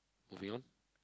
moving on